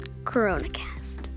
CoronaCast